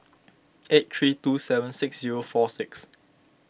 eight three two seven six zero four six